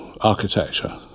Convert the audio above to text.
architecture